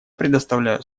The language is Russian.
предоставляю